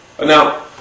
Now